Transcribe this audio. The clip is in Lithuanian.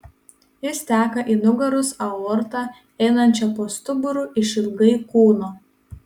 jis teka į nugaros aortą einančią po stuburu išilgai kūno